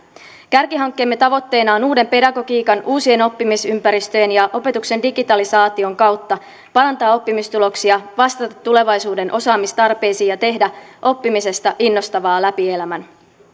kärkihankkeemme tavoitteena on uuden pedagogiikan uusien oppimisympäristöjen ja opetuksen digitalisaation kautta parantaa oppimistuloksia vastata tulevaisuuden osaamistarpeisiin ja tehdä oppimisesta innostavaa läpi elämän